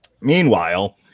Meanwhile